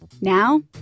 Now